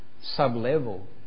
sub-level